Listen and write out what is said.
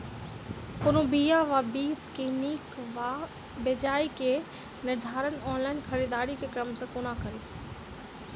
कोनों बीया वा बीज केँ नीक वा बेजाय केँ निर्धारण ऑनलाइन खरीददारी केँ क्रम मे कोना कड़ी?